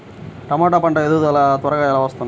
టమాట పంట ఎదుగుదల త్వరగా ఎలా వస్తుంది?